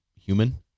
human